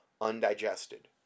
undigested